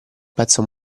pezzo